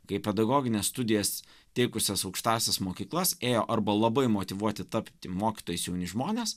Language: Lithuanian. kai pedagogines studijas teikusias aukštąsias mokyklas ėjo arba labai motyvuoti tapti mokytojais jauni žmonės